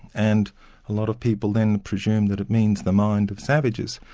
and a lot of people then presumed that it means the mind of savages.